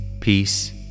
peace